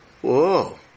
Whoa